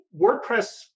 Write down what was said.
WordPress